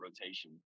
rotation